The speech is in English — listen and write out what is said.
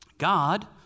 God